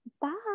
Bye